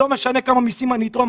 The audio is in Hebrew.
לא משנה כמה מיסים אני אתרום,